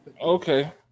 Okay